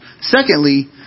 secondly